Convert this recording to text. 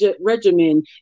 regimen